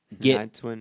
get